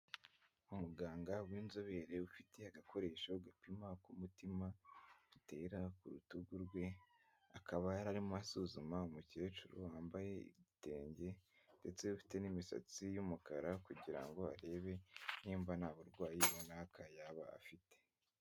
Umuganga w'inzobere ufite agakoresho gapima uko umutima utera, ku rutugu rwe akaba yari arimo asuzuma umukecuru wambaye igitenge ndetse ufite n'imisatsi y'umukara kugira ngo arebe nimba nta burwayi runaka yaba afite.